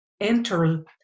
enter